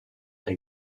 est